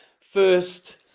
First